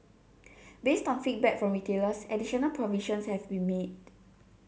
based on feedback from retailers additional provisions have been made